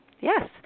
Yes